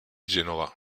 genova